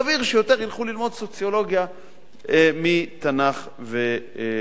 סביר שיותר ילכו ללמוד סוציולוגיה מתנ"ך והיסטוריה.